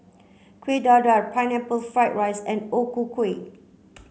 Kuih Dadar pineapple fried rice and O Ku Kueh